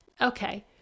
okay